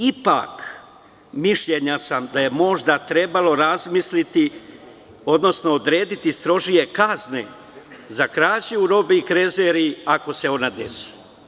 Ipak, mišljenja sam da je možda trebalo razmisliti, odnosno odrediti strožije kazne za krađu robnih rezervi, ako se ona desi.